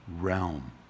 realm